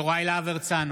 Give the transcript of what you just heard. יוראי להב הרצנו,